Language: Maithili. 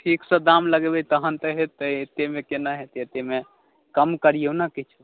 ठीक से दाम लगेबै तहन तऽ हेतै एतेमे केना हेतै एतेमे कम करियौ ने किछु